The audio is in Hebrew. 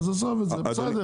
אז עזוב את זה, בסדר.